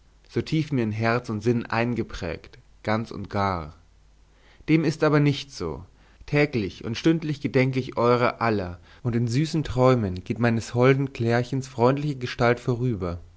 so tief mir in herz und sinn eingeprägt ganz und gar dem ist aber nicht so täglich und stündlich gedenke ich eurer aller und in süßen träumen geht meines holden clärchens freundliche gestalt vorüber